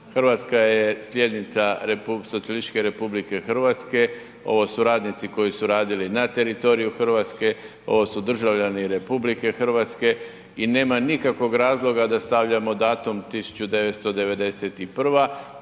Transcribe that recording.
SFRJ, RH je slijednica Socijalističke RH, ovo su radnici koji su radili na teritoriju RH, ovo su državljani RH i nema nikakvog razloga da stavljamo datum 1991.